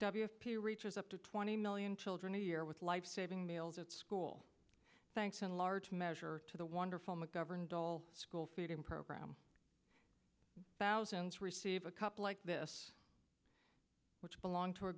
pay reaches up to twenty million children a year with life saving meals at school thanks in large measure to the wonderful mcgovern doll school feeding program thousands receive a couple like this which belong to a